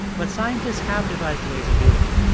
but scientists have devised ways of doing it.